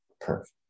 Perfect